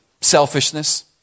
Selfishness